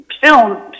film